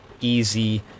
easy